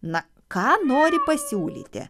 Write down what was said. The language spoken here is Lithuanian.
na ką nori pasiūlyti